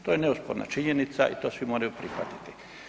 To je neosporna činjenica i to svi moraju prihvatiti.